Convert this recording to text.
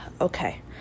okay